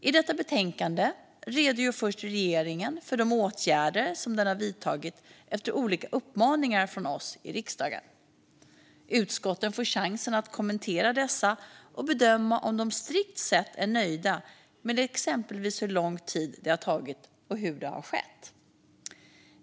I detta betänkande redogör regeringen först för de åtgärder den har vidtagit efter olika uppmaningar från oss i riksdagen. Utskotten får chansen att kommentera dessa och bedöma om de strikt sett är nöjda med exempelvis hur lång tid det har tagit och hur det har skett.